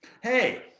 Hey